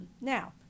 Now